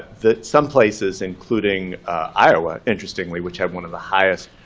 that some places, including iowa, interestingly, which have one of the highest